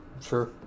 Sure